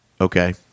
Okay